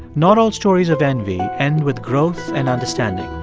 not all stories of envy end with growth and understanding.